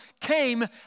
came